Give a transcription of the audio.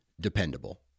dependable